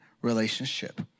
relationship